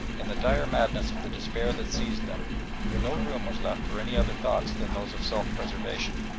in the dire madness of the despair that seized them no room was left for any other thoughts than those of self-preservation,